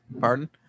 pardon